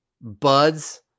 buds